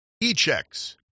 e-checks